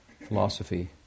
philosophy